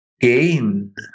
gain